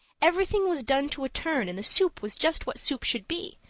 everything was done to a turn and the soup was just what soup should be,